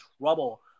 trouble